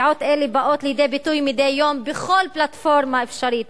דעות אלה באות לידי ביטוי מדי יום בכל פלטפורמה אפשרית,